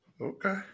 Okay